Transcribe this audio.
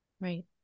Right